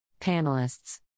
Panelists